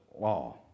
law